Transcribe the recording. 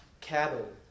cattle